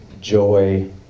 joy